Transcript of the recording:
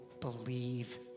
believe